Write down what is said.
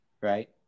right